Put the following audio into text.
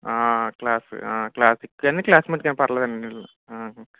class classic కానీ classmate కానీ పర్లేదు అండి